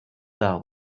tard